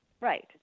right